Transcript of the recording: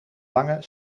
lange